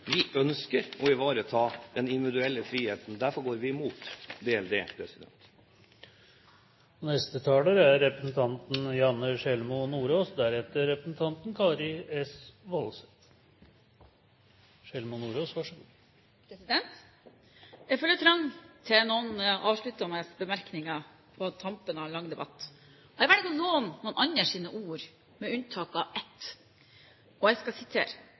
vi ikke ønsker velkommen? For Fremskrittspartiet er saken grei. Vi ønsker å ivareta den individuelle friheten. Derfor går vi imot datalagringsdirektivet. Jeg føler trang til noen avsluttende bemerkninger på tampen av en lang debatt. Jeg velger noen andres ord, med unntak av ett: